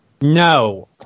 No